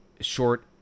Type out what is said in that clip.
short